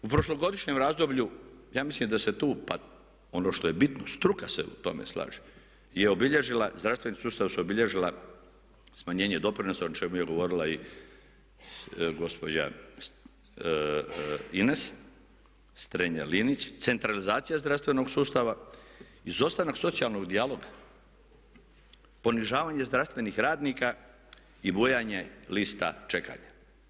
U prošlogodišnjem razdoblju, ja mislim da se tu ono što je bitno, struka se u tome slaže, je obilježila, zdravstveni sustav su obilježila smanjenje doprinosa o čemu je govorila i gospođa Ines Strenja-Linić, centralizacija zdravstvenog sustava, izostanak socijalnog dijaloga, ponižavanje zdravstvenih radnika i bujanje lista čekanja.